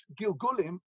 Gilgulim